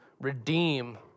redeem